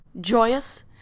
joyous